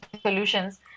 solutions